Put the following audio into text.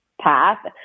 path